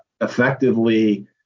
effectively